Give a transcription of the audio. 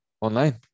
online